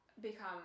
become